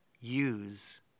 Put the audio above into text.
use